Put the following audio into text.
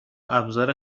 ابزار